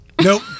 Nope